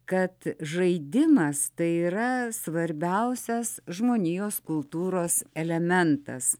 kad žaidimas tai yra svarbiausias žmonijos kultūros elementas